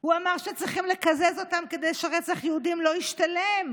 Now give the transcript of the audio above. הוא אמר שצריכים לקזז אותן כדי שרצח יהודים לא ישתלם.